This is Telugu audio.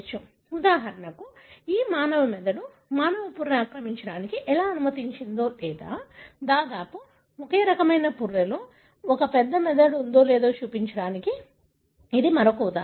కాబట్టి ఉదాహరణకు ఈ మానవ మెదడు మానవ పుర్రె ఆక్రమించడాన్ని ఎలా అనుమతించగలదో లేదా దాదాపు ఒకే రకమైన పుర్రెలో ఒక పెద్ద మెదడు ఉందో లేదో చూపించడానికి ఇది మళ్లీ ఒక ఉదాహరణ